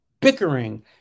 bickering